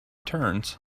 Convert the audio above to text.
turns